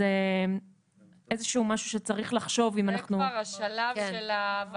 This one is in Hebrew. אז זה איזשהו משהו שצריך לחשוב אם אנחנו -- זה כבר השלב של הוועדה,